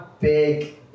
big